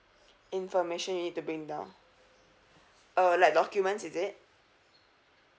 information you need to bring down uh like documents is it